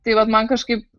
tai vat man kažkaip